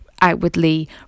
outwardly